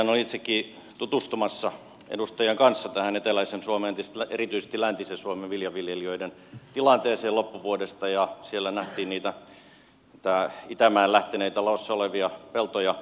siihenhän olin itsekin tutustumassa edustajan kanssa tähän eteläisen suomen erityisesti läntisen suomen viljanviljelijöiden tilanteeseen loppuvuodesta ja siellä nähtiin niitä itämään lähteneitä laossa olevia peltoja